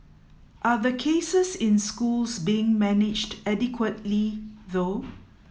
are the cases in schools being managed adequately though